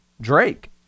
Drake